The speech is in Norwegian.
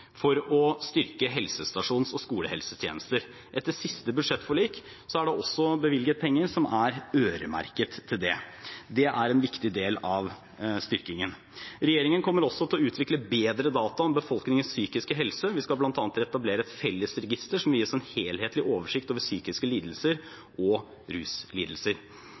for å styrke helsestasjons- og skolehelsetjenester. Etter siste budsjettforlik er det også bevilget penger som er øremerket til det. Det er en viktig del av styrkingen. Regjeringen kommer også til å utvikle bedre data om befolkningens psykiske helse. Vi skal bl.a. etablere et fellesregister som gir oss en helhetlig oversikt over psykiske lidelser og ruslidelser.